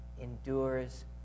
endures